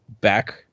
back